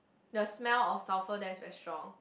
the smell of sulphur there is very strong